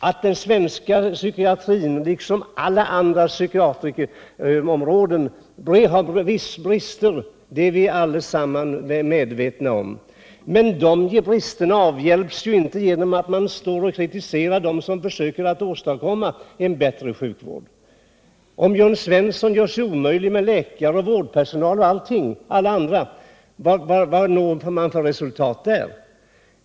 Att den svenska psykiatrin liksom alla andra områden har brister är vi alla medvetna om, men de bristerna avhjälps ju inte genom att man står och kritiserar dem som försöker åstadkomma en bättre sjukvård. Om Jörn Svensson gör sig omöjlig hos läkare, vårdpersonal och alla andra, kan man fråga sig vad det blir för resultat.